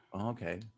okay